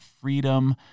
freedom